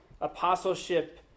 apostleship